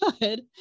good